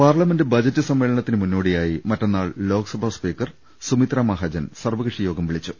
parliament budget സമ്മേളനത്തിന് മുന്നോടിയായി മറ്റ ന്നാൾ ലോക്സഭാ സ്പീക്കർ സുമിത്രാ മഹാജൻ സർവ്വ കക്ഷി യോഗം വിളിച്ചു